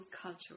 culture